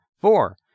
Four